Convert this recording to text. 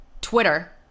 Twitter